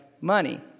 money